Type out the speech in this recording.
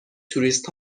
توریست